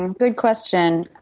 and good question.